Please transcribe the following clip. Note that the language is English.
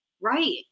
right